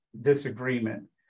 disagreement